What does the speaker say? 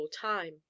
time